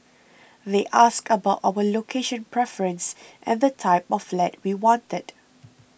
they asked about our location preference and the type of flat we wanted